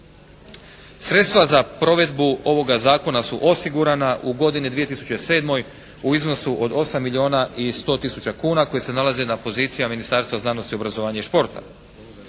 Sredstva za provedbu ovoga Zakona su osigurana u godini 2007. u iznosu od 8 milijona i 100 tisuća kuna koji se nalaze na pozicija Ministarstvo znanosti, obrazovanja i športa.